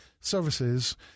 services